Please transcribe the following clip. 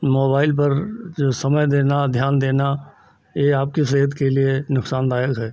mobile पर जो समय देना ध्यान देना है आपकी सेहत के लिए नुकसानदायक है